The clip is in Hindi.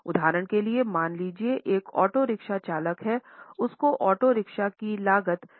उदाहरण के लिए मान लीजिए कि एक ओटो रिक्शा चालक है उसके ओटो रिक्शा की लागत 4 लाख है